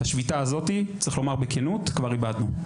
את השביתה הזאת, וצריך לומר בכנות: כבר איבדנו.